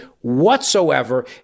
whatsoever